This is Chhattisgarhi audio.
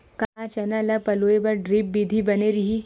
का चना ल पलोय बर ड्रिप विधी बने रही?